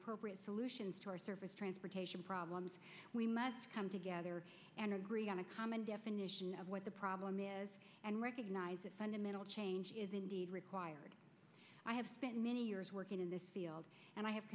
appropriate solutions to our service transportation problems we must come together and agree on a common definition of what the problem is and recognize that fundamental change is indeed required i have spent many years working in this field and i have